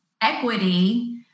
equity